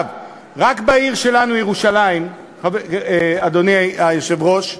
רק בעיר שלנו, ירושלים, אדוני היושב-ראש,